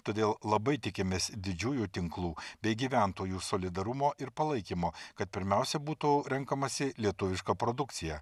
todėl labai tikimės didžiųjų tinklų bei gyventojų solidarumo ir palaikymo kad pirmiausia būtų renkamasi lietuviška produkcija